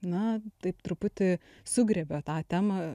na taip truputį sugriebė tą temą